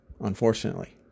unfortunately